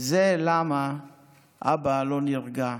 זה למה אבא לא נרגע".